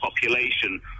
population